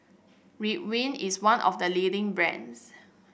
ridwind is one of the leading brands